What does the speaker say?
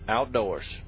Outdoors